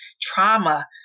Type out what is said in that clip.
trauma